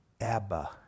Abba